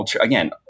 again